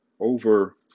over